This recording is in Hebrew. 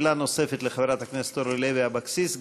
שאלה נוספת לחברת הכנסת אורלי לוי אבקסיס.